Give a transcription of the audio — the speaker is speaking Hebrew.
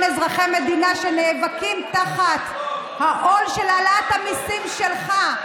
אזרחי המדינה שנאבקים תחת העול של העלאת המיסים שלך,